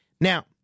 Now